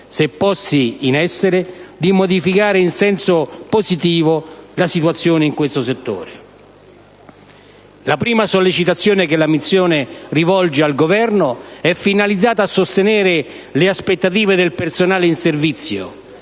se posti in essere, di modificare in senso positivo la situazione in questo settore. La prima sollecitazione che la mozione rivolge al Governo è finalizzata a sostenere le aspettative del personale in servizio,